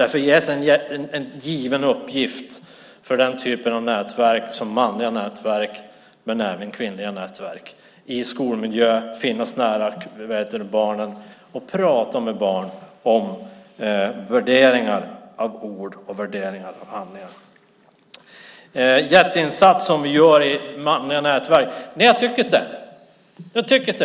Därför finns det en given uppgift för den här typen av nätverk, manliga nätverk men även kvinnliga nätverk, i skolmiljön. Det handlar om att finnas nära barnen och prata med barn om värderingar av ord och värderingar av handlingar. Nej, jag tycker inte att vi gör en jätteinsats i det manliga nätverket. Jag tycker inte det.